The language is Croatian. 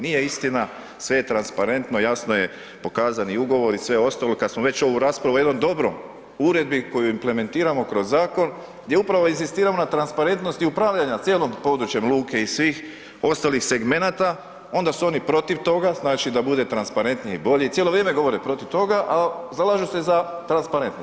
Nije istina, sve je transparentno, jasno je pokazani ugovori i sve ostalo i kad smo već ovu raspravu u jednom dobrom uredbi koju implementiramo kroz zakon gdje upravo inzistiramo na transparentnosti upravljanja cijelom područjem luke i svih ostalih segmenata, onda su oni protiv toga znači da bude transparentnije i bolje i cijelo vrijeme govore protiv toga, a zalažu se za transparentnost.